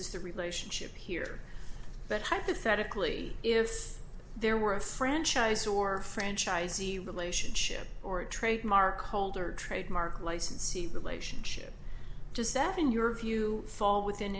the relationship here but hypothetically if there were a franchise or franchisee relationship or a trademark holder trademark licensee relationship does that in your view fall within